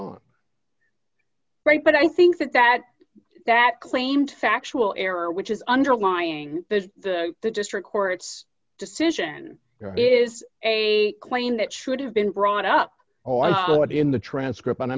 on right but i think that that that claimed factual error which is underlying the the the district court's decision is a claim that should have been brought up oh i saw it in the transcript